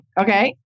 Okay